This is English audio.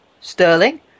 sterling